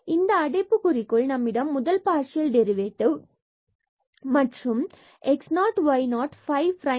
இந்த அடைப்புக்குறிக்குள் நம்மிடம் முதல் பார்சியல் டெரிவேட்டிவ் மற்றும் இவை x0y0 phi prime at 0